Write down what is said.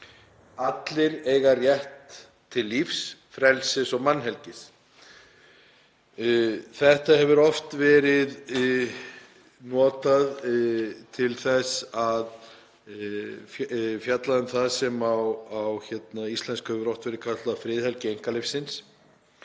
„Allir eiga rétt til lífs, frelsis og mannhelgi.“ Þetta hefur oft verið notað til þess að fjalla um það sem á íslensku hefur oft verið kallað friðhelgi einkalífsins,